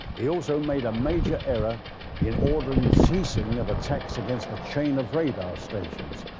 he also made a major error in ordering the ceasing of attacks against the chain of radar stations,